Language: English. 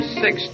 six